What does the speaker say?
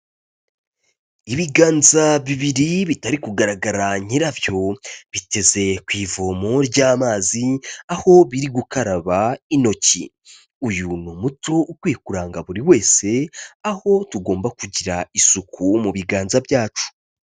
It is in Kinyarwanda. Ibiganza bibiri bitari kugaragara nyirabyo biteze ku ivomo ry'amazi aho biri gukaraba intoki, uyu ni umuco ukwiye kuranga buri wese, aho tugomba kugira isuku mu biganza byacu.